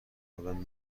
خودم